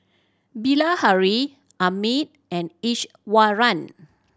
Bilahari Amit and Iswaran